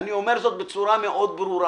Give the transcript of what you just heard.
אני אומר את זה בצורה ברורה מאוד.